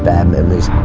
bad memories,